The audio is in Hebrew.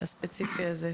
הספציפי הזה.